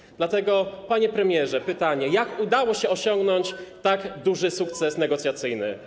Dzwonek Dlatego, panie premierze, pytanie: Jak udało się osiągną tak duży sukces negocjacyjny?